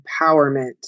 empowerment